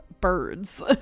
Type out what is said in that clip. birds